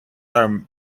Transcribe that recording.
are